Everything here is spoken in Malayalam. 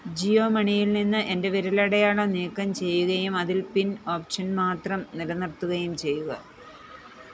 ജിയോ മണിയിൽ നിന്ന് എൻ്റെ വിരലടയാളം നീക്കം ചെയ്യുകയും അതിൽ പിൻ ഓപ്ഷൻ മാത്രം നിലനിർത്തുകയും ചെയ്യുക